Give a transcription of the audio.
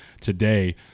today